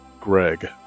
Greg